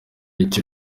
icyo